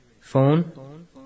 Phone